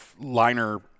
liner